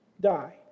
die